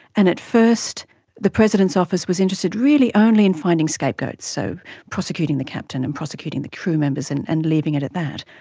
and at first the president's office was interested really only in finding scapegoats, so prosecuting the captain and prosecuting the crew members and and leaving it at that.